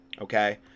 okay